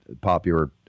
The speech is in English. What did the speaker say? popular